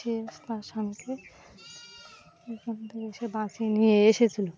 সে তার স্বামীকে ওখান থেকে বাঁচিয়ে নিয়ে এসেছিলো